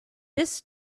this